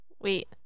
Wait